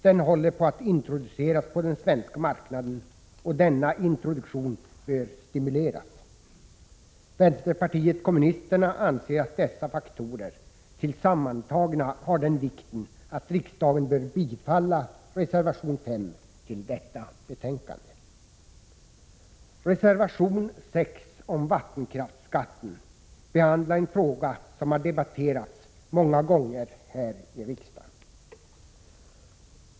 Den håller på att introduceras på den svenska marknaden, och denna introduktion bör stimuleras. Vänsterpartiet kommunisterna anser att dessa faktorer sammantagna har den vikten att riksdagen bör bifalla reservation 5 till detta betänkande. Reservation 6 om vattenkraftsskatten behandlar en fråga som har debatterats många gånger här i riksdagen.